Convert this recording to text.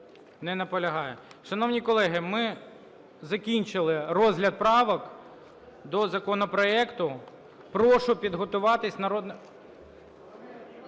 Не наполягає. Шановні колеги, ми закінчили розгляд правок до законопроекту. Прошу підготуватись…